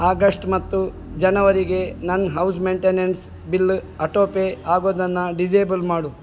August ಮತ್ತು ಜನವರಿಗೆ ನನ್ನ house maintenance bill auto pay ಆಗೋದನ್ನು ಡಿಸೇಬಲ್ ಮಾಡು